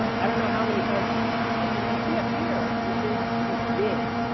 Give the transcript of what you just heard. i don't know how many times yeah you could see up here that there you see this ding.